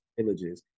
villages